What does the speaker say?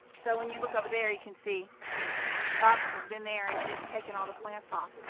so, when you look over there, you can see the harvester's been there and and it's taken all the plants off.